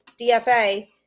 DFA